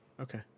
Okay